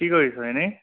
কি কৰিছ এনেই